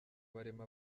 barimo